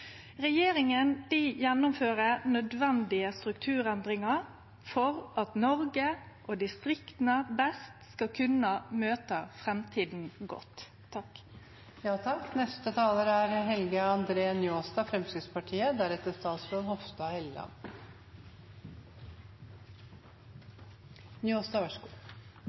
gjennomfører nødvendige strukturendringar for at Noreg og distrikta best skal kunne møte framtida godt.